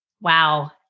Wow